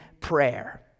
prayer